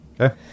Okay